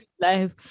Life